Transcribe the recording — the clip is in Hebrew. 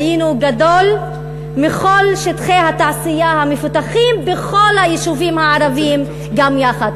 היינו גדול מכל שטחי התעשייה המפותחים בכל היישובים הערביים גם יחד.